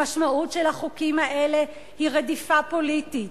המשמעות של החוקים האלה היא רדיפה פוליטית,